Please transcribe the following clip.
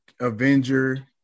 Avenger